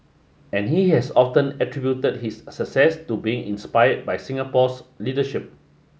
and he has often attributed that his success to being inspired by Singapore's leadership